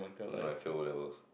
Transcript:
and I failed O-levels